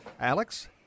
Alex